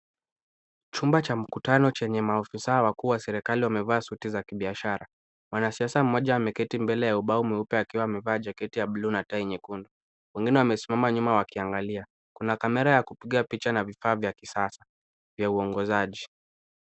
Chumba cha mkutano change maofisa wakuu wa serikali wamevaa suti za kibiashara . Mwanasiasa mmoja ameketi mbele ya ubao mweupe akiwa amevaa [c]jaketi[c] ya buluu na tai nyekundu. Wengine wamesimama nyuma wakiangalia. Kuna kamera ya kupiga picha na vifaa vya kisasa vya uongozaji.